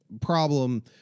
problem